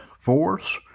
force